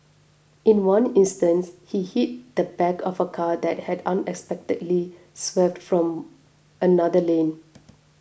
in one instance he hit the back of a car that had unexpectedly swerved from another lane